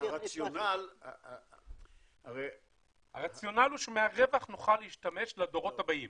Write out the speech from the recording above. הרציונל --- הרציונל הוא שמהרווח נוכל להשתמש לדורות הבאים,